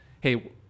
Hey